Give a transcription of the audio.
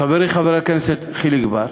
חברי חבר הכנסת חיליק בר,